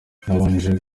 habanje